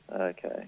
Okay